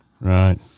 Right